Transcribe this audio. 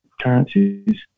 currencies